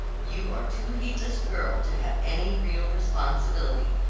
you are too heedless a girl to have any real responsibility,